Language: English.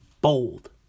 Bold